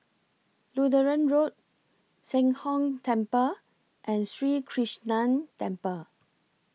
Lutheran Road Sheng Hong Temple and Sri Krishnan Temple